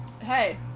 Hey